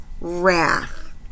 wrath